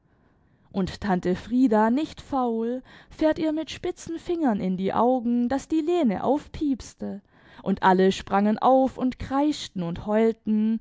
und tante frieda nicht faul fährt ihr mit spitzen fingern in die augen daß die lene aufpiepste und alle sprangen auf und kreischten und heulten